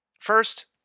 First